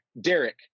Derek